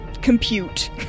compute